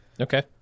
Okay